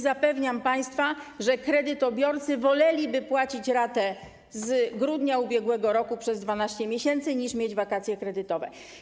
Zapewniam państwa, że kredytobiorcy woleliby płacić ratę z grudnia ub.r. przez 12 miesięcy, niż mieć wakacje kredytowe.